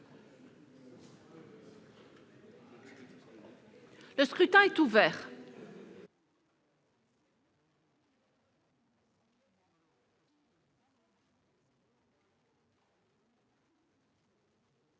Le scrutin est ouvert.